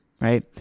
right